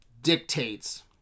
dictates